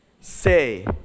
say